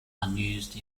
unused